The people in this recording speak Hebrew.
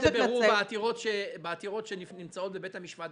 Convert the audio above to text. לבירור בעתירות שנמצאות בבית המשפט,